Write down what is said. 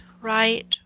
right